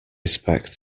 respect